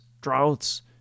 droughts